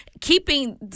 keeping